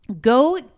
Go